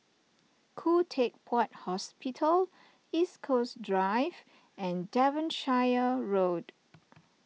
Khoo Teck Puat Hospital East Coast Drive and Devonshire Road